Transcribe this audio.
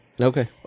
Okay